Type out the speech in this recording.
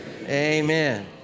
Amen